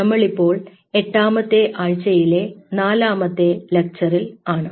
നമ്മളിപ്പോൾ എട്ടാമത്തെ ആഴ്ചയിലെ നാലാമത്തെ ലെക്ചറിൽ ആണ്